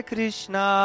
Krishna